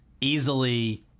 easily